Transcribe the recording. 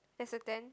there's a dent